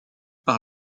par